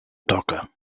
toca